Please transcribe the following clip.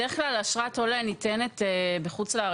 בדרך כלל אשרת עולה ניתנת בחו"ל,